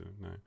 No